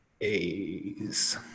A's